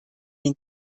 den